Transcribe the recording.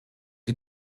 die